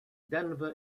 denver